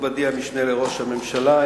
מכובדי המשנה לראש הממשלה,